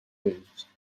vells